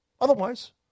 Otherwise